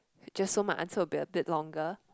just so my answer will be a bit longer